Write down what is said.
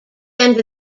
end